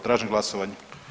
Tražim glasovanje.